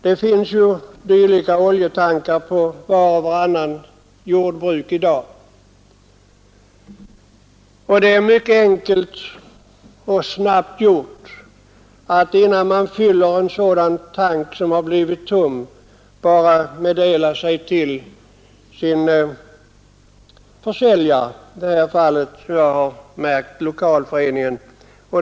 Det finns ju dylika oljetankar på vart och vartannat jordbruk i dag, och det är mycket enkelt och snabbt gjort att innan man fyller en sådan tank som blivit tom meddela sig med sin försäljare, i mitt fall lokalföreningen.